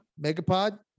Megapod